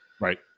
Right